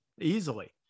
easily